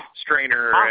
strainer